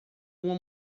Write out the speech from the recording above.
uma